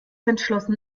entschlossen